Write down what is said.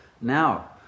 Now